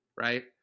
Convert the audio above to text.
right